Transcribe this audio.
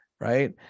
right